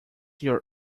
your